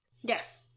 Yes